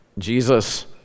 Jesus